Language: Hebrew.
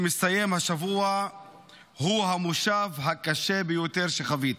שמסתיים השבוע הוא המושב הקשה ביותר שחוויתי.